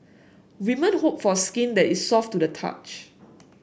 women hope for skin that is soft to the touch